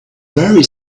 very